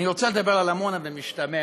אני רוצה לדבר על עמונה במשתמע,